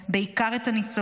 בעיקר את הניצולים,